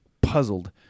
Puzzled